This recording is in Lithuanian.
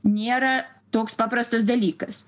nėra toks paprastas dalykas